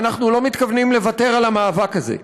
ואנחנו לא מתכוונים לוותר על המאבק הזה.